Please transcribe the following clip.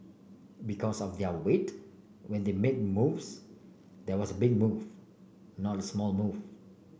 because of their weight when they make moves there was a big move not a small move